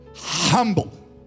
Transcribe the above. Humble